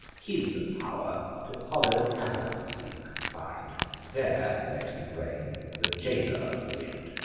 his pow'r to hollow caverns is confin'd there let him reign, the jailer of the wind,